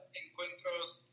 encuentros